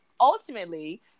ultimately